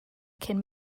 cyn